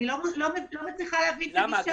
אני לא מצליחה להבין את הגישה הזאת.